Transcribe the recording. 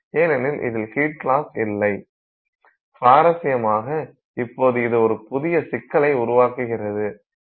ஏனெனில் இதில் heat loss இல்லை சுவாரஸ்யமாக இப்போது இது ஒரு புதிய சிக்கலை உருவாக்குகிறது